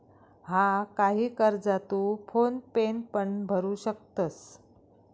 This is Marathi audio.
हा, काही कर्जा तू फोन पेन पण भरू शकतंस